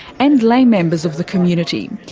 and lay members of the community.